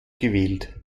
gewählt